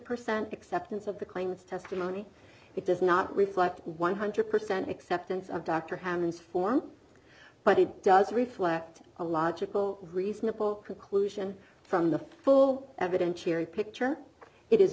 percent acceptance of the claims testimony it does not reflect one hundred percent acceptance of dr hammond's form but it does reflect a logical reasonable conclusion from the full evidentiary picture i